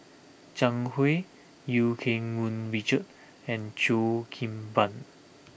Zhang Hui Eu Keng Mun Richard and Cheo Kim Ban